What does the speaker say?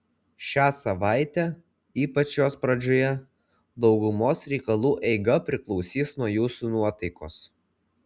šią savaitę ypač jos pradžioje daugumos reikalų eiga priklausys nuo jūsų nuotaikos